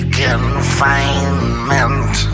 confinement